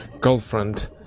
girlfriend